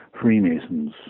Freemasons